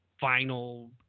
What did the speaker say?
final